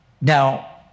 Now